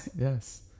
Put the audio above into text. Yes